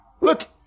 Look